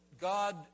God